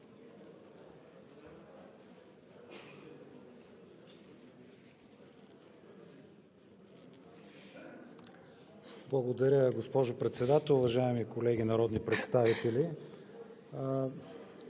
Благодаря, госпожо Председател. Уважаеми колеги народни представители!